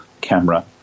camera